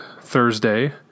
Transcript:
Thursday